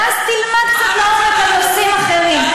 ואז תלמד קצת לעומק על נושאים אחרים,